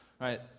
right